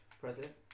president